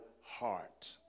heart